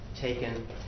taken